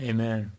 Amen